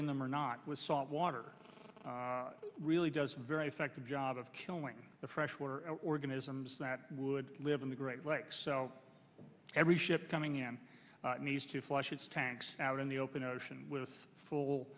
in them or not with salt water really does a very effective job of killing the freshwater organisms that would live in the great lakes so every ship coming in needs to flush its tanks out in the open ocean with full